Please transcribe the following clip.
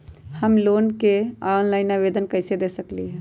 हम लोन के ऑनलाइन आवेदन कईसे दे सकलई ह?